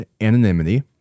anonymity